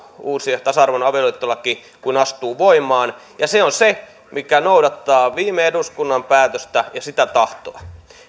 uusi tasa arvoinen avioliittolaki astuu voimaan ja se on se mikä noudattaa viime eduskunnan päätöstä ja sitä tahtoa